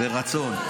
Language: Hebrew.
ברצון.